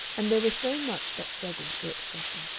and there was so much that struggled for expression.